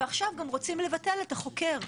ועכשיו גם רוצים לבטל את החוקר.